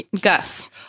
Gus